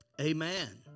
Amen